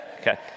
Okay